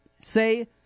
say